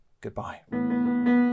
Goodbye